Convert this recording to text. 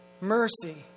mercy